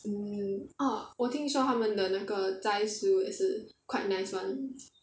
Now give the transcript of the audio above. mm orh 我听说他们的那个斋食物也是 quite nice [one]